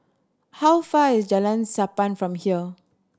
how far is Jalan Sappan from here